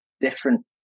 different